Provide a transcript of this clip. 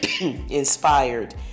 Inspired